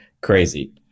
crazy